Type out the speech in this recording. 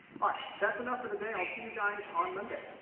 alright. that's enough for today. i'll see you guys on monday.